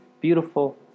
beautiful